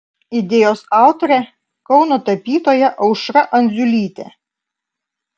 idėjos autorė kauno tapytoja aušra andziulytė